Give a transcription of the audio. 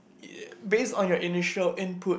yeah based on your initial input